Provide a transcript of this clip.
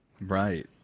Right